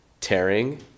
tearing